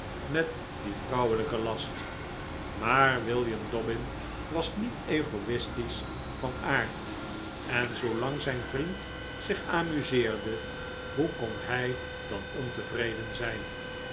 met dien vrouwelijken last maar william dobbin was niet egoistisch van aard en zoo lang zijn vriend zich amuseerde hoe kon hij dan ontevreden zijn